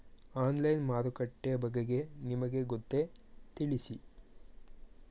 Online ಮಾರುಕಟ್ಟೆ ಬಗೆಗೆ ನಿಮಗೆ ಗೊತ್ತೇ? ತಿಳಿಸಿ?